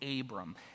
Abram